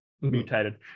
mutated